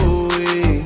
away